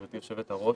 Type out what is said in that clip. גברתי יושבת הראש,